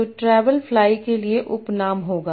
तो travel fly के लिए उप नाम होगा